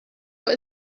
what